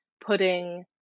putting